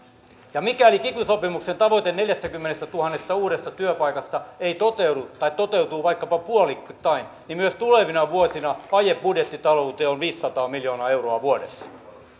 ja mikäli kiky sopimuksen tavoite neljästäkymmenestätuhannesta uudesta työpaikasta ei toteudu tai toteutuu vaikkapa puolittain niin myös tulevina vuosina vaje budjettitalouteen on viisisataa miljoonaa euroa vuodessa